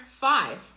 five